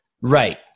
Right